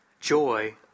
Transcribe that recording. joy